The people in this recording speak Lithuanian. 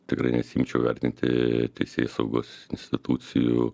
tikrai nesiimčiau vertinti teisėsaugos institucijų